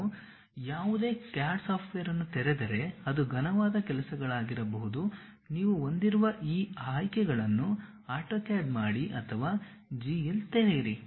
ನೀವು ಯಾವುದೇ CAD software ಅನ್ನು ತೆರೆದರೆ ಅದು ಘನವಾದ ಕೆಲಸಗಳಾಗಿರಬಹುದು ನೀವು ಹೊಂದಿರುವ ಈ ಆಯ್ಕೆಗಳನ್ನು AutoCAD ಮಾಡಿ ಅಥವಾ GL ತೆರೆಯಿರಿ